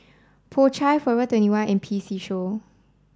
Po Chai Forever twenty one and P C Show